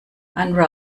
ein